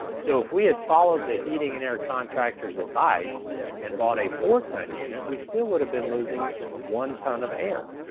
so if we had followed the heating and air contractor's advice and bought a four ton unit, we still would have been losing one ton of air.